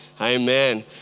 Amen